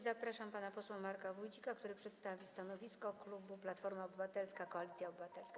Zapraszam pana posła Marka Wójcika, który przedstawi stanowisko klubu Platforma Obywatelska - Koalicja Obywatelska.